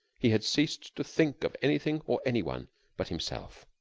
he had ceased to think of anything or any one but himself.